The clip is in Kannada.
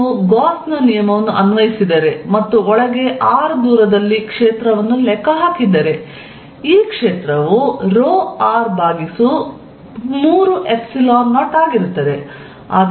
ನೀವು ಗಾಸ್ ನ ನಿಯಮವನ್ನು ಅನ್ವಯಿಸಿದರೆ ಮತ್ತು ಒಳಗೆ r ದೂರದಲ್ಲಿ ಕ್ಷೇತ್ರವನ್ನು ಲೆಕ್ಕ ಹಾಕಿದರೆ ಈ ಕ್ಷೇತ್ರವು ρr30 ಆಗಿರುತ್ತದೆ